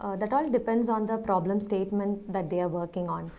that all depends on the problem statement that they are working on.